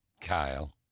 Kyle